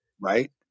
right